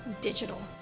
digital